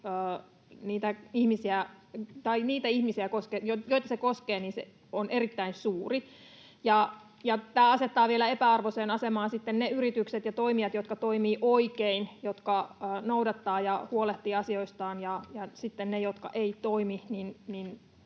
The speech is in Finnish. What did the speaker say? niillä ihmisillä, joita se koskee, se huoli on erittäin suuri. Tämä asettaa vielä epäarvoiseen asemaan sitten ne yritykset ja toimijat, jotka toimivat oikein ja jotka noudattavat sääntöjä ja huolehtivat asioistaan, ja sitten ne, jotka eivät toimi,